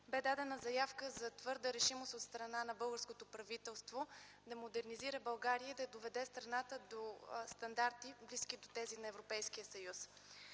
бе дадена заявка за твърда решимост от страна на българското правителство да модернизира България и да доведе страната до стандарти, близки до тези на Европейския съюз.